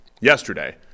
yesterday